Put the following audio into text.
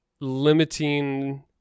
limiting